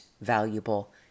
valuable